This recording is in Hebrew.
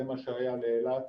זה מה שהיה לאילת,